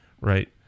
right